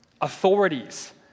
authorities